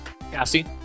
Cassie